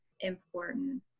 important